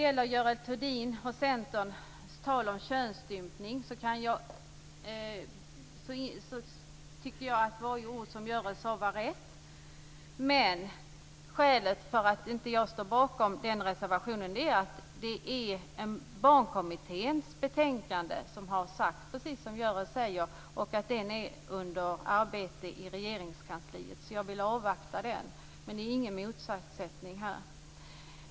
Görel Thurdin från Centern talade om könsstympning, och jag tycker att varje ord som hon sade var rätt. Skälet till att jag inte står bakom reservationen är att Barnkommittén i sitt betänkande har sagt det som Görel Thurdin säger och att det är under arbete i Regeringskansliet. Jag vill avvakta det. Men det finns ingen motsättning.